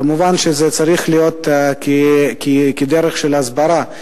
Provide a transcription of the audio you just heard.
כמובן שזה צריך להיות בדרך של הסברה.